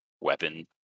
weapon